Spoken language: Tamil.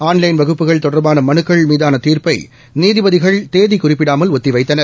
ஆன்லைன் வகுப்புகள் தொடர்பான மனுக்கள் மீதான தீர்ப்பை நீதிபதிகள் தேதி குறிப்பிடாமல் ஒத்தி வைத்தனர்